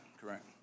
correct